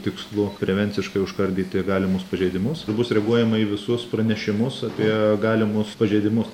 tikslu prevenciškai užkardyti galimus pažeidimus bus reaguojama į visus pranešimus apie galimus pažeidimus